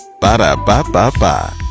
Ba-da-ba-ba-ba